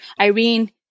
Irene